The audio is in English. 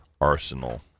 arsenal